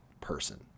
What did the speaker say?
person